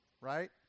right